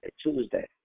Tuesday